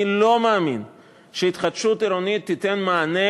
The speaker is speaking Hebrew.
אני לא מאמין שהתחדשות עירונית תיתן מענה